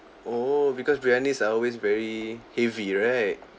oh because briyanis are always very heavy right